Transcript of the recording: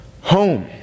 home